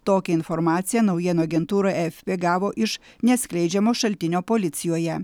tokią informaciją naujienų agentūra efp gavo iš neatskleidžiamo šaltinio policijoje